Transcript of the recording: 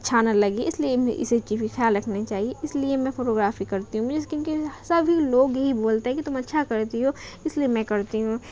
اچھا نہ لگے اس لیے اسی چیز بھی خیال رکھنی چاہیے اس لیے میں فوٹوگرافی کرتی ہوں جس کی کہ سبھی لوگ یہی بولتا ہے کہ تم اچھا کرتی ہو اس لیے میں کرتی ہوں